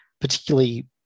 particularly